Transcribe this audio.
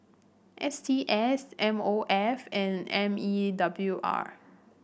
S T S M O F and M E W R